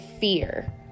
fear